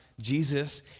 Jesus